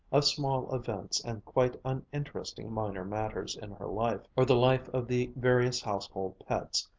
of small events and quite uninteresting minor matters in her life, or the life of the various household pets,